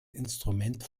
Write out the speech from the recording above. instrument